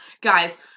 Guys